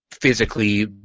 Physically